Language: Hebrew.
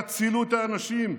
תצילו את האנשים,